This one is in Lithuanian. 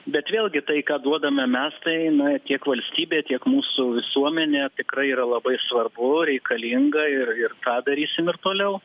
bet vėlgi tai ką duodame mes tai na tiek valstybė tiek mūsų visuomenė tikrai yra labai svarbu reikalinga ir ir tą darysim ir toliau